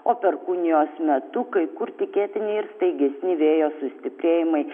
o perkūnijos metu kai kur tikėtini ir staigesni vėjo sustiprėjimai